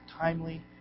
timely